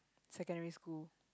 secondary school